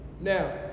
Now